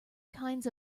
kinds